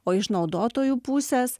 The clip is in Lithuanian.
o iš naudotojų pusės